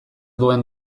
duen